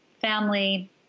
family